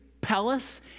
palace